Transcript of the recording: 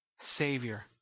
Savior